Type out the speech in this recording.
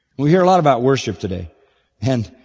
we hear a lot about worship today and